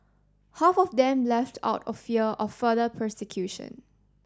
half of them left out of fear of further persecution